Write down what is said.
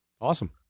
Awesome